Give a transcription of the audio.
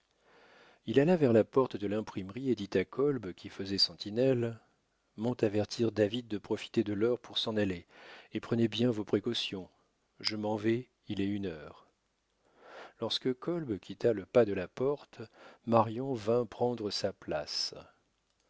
il alla vers la porte de l'imprimerie et dit à kolb qui faisait sentinelle monte avertir david de profiter de l'heure pour s'en aller et prenez bien vos précautions je m'en vais il est une heure lorsque kolb quitta le pas de la porte marion vint prendre sa place